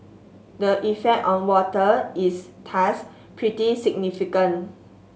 the effect on water is thus pretty significant